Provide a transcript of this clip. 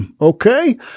okay